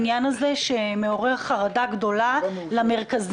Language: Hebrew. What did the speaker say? שמיום ראשון מתחיל המבצע שלנו של "משמרות